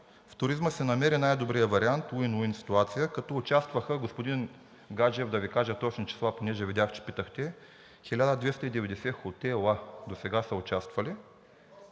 в туризма се намери най-добрият вариант уин-уин ситуация, като участваха, господин Гаджев, да Ви кажа точни числа, понеже видях, че питахте – 1290 хотела, досега са участвали.